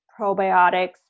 probiotics